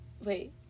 Wait